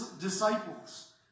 disciples